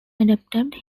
adopted